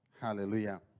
Hallelujah